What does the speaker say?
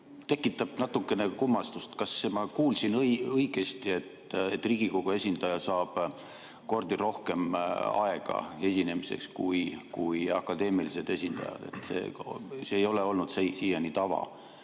tekitab natukene kummastust. Kas ma kuulsin õigesti, et Riigikogu esindaja saab kordi rohkem aega esinemiseks kui akadeemilised esinejad? See ei ole olnud siiani tava.